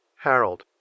Harold